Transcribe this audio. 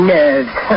Nerves